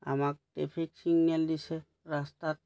আমাক traffic signal দিছে ৰাস্তাত